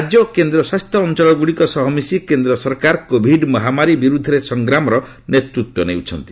ରାଜ୍ୟ ଓ କେନ୍ଦ୍ରଶାସିତ ଅଞ୍ଚଳଗ୍ରଡ଼ିକ ସହ ମିଶି କେନ୍ଦ୍ ସରକାର କୋଭିଡ ମହାମାରୀ ବିରୁଦ୍ଧରେ ସଂଗ୍ରାମର ନେତୃତ୍ୱ ନେଉଛନ୍ତି